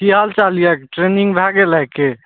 की हाल चाल यऽ ट्रेनिंग भए गेल हइ की